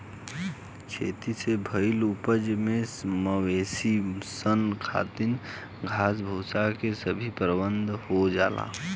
खेती से भईल उपज से मवेशी सन खातिर घास भूसा के भी प्रबंध हो जाला